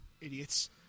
idiots